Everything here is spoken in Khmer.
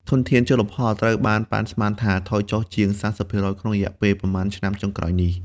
ធនធានជលផលត្រូវបានប៉ាន់ស្មានថា ថយចុះ ជាង ៣០% ក្នុងរយៈពេលប៉ុន្មានឆ្នាំចុងក្រោយនេះ។